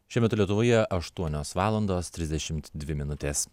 šiuo metu lietuvoje aštuonios valandos trisdešim dvi minutės